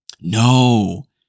No